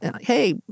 hey